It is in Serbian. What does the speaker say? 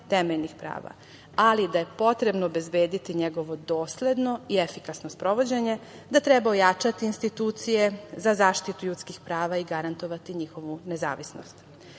ali da je potrebno obezbediti njegovo dosledno i efikasno sprovođenje, da treba ojačati institucije za zaštitu ljudskih prava i garantovati njihovu nezavisnost